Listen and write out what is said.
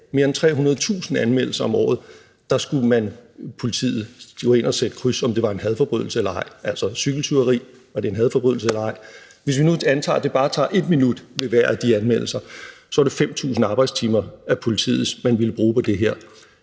mere end 300.000 anmeldelser om året skulle ind at sætte kryds ved, om det var en hadforbrydelse eller ej – altså om cykeltyveri var en hadforbrydelse eller ej. Hvis vi nu antager, at det bare tog 1 minut ved hver af de anmeldelser, var det 5.000 af politiets arbejdstimer, man ville bruge på det her,